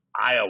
Iowa